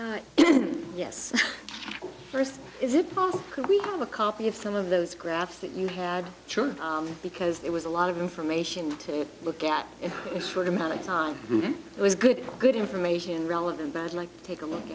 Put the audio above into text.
was yes first is it could we have a copy of some of those graphs that you had because it was a lot of information to look at in a short amount of time it was good good information relevant bad like take a look